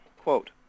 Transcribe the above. quote